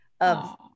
of-